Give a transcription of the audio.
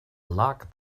luck